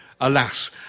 Alas